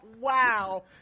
Wow